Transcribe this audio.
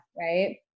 Right